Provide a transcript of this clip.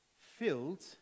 Filled